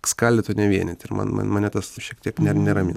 skaldyt o ne vienyt ir man man mane tas šiek tiek ne neramina